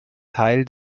teil